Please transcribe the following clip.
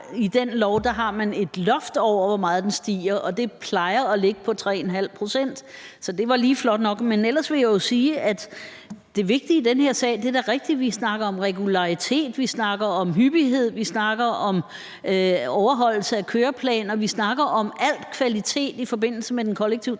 I den lov har man et loft over, hvor meget den stiger, og det plejer at ligge på 3½ pct. Så det var lige flot nok. Men ellers vil jeg sige, det er rigtigt, at vi snakker om regularitet, at vi snakker om hyppighed, at vi snakker om overholdelse af køreplaner; vi snakker om al kvalitet i forbindelse med den kollektive transport.